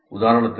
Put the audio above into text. உதாரணத்திற்கு